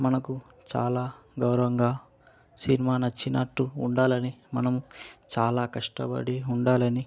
మనకు చాలా గౌరవంగా సినిమా నచ్చినట్టు ఉండాలని మనం చాలా కష్టపడి ఉండాలని